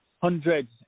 hundreds